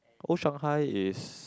oh Shanghai is